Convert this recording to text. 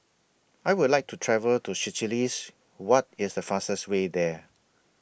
I Would like to travel to Seychelles What IS The fastest Way There